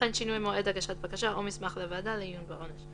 וכן שינוי מועד הגשת בקשה או מסמך לוועדה לעיון בעונש.